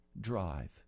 Drive